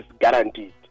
guaranteed